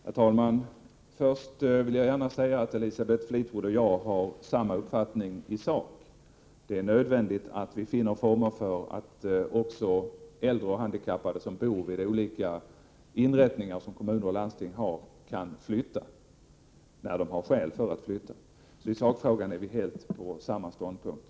Herr talman! Först vill jag gärna säga att Elisabeth Fleetwood och jag har samma uppfattning i sak. Det är nödvändigt att vi finner former som medger att också äldre och handikappade som bor i olika inrättningar som kommun och landsting har kan flytta, när de har skäl till att göra det. Så i sakfrågan har vi samma ståndpunkt.